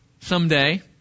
someday